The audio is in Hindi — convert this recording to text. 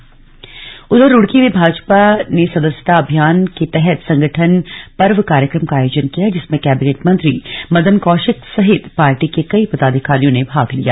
सदस्यता अभियान जारी उधर रुड़की में भाजपा ने सदस्यता अभियान के तहत संगठन पर्व कार्यक्रम का आयोजन किया जिसमें कैबिनेट मंत्री मदन कौशिक सहित पार्टी के कई पदाधिकारियों ने भाग लिया